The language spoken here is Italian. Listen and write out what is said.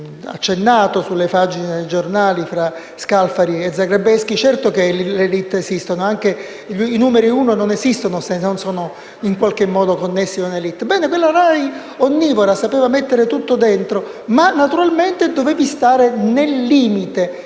accennato sulle pagine dei giornali tra Scalfari e Zagrebelsky: certo che esistono le *élite,* i numeri uno non esistono se non sono in qualche modo connessi con le *élite*. Quella RAI onnivora sapeva mettere tutto dentro, ma naturalmente bisognava stare nel limite